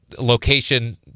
location